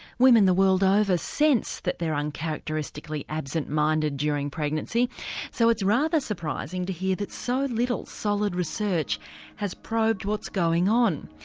women the world over sense that they're uncharacteristically absent minded during pregnancy so it's rather surprising to hear that so little solid research has probed what's going on.